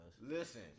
Listen